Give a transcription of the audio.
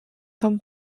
tamm